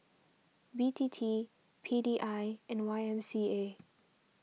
B T T P D I and Y M C A